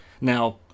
Now